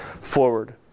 forward